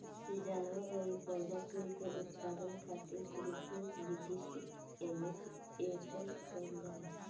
जानवर अउरी पौधा कुल के उत्पादन खातिर कृत्रिम विधि से एमे चयन कईल जाला